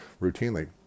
routinely